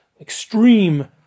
extreme